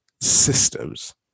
systems